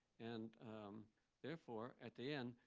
and therefore, at the end,